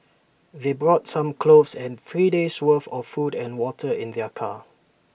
they brought some clothes and three days' worth of food and water in their car